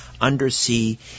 Undersea